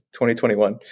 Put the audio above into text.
2021